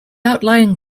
outlying